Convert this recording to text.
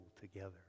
together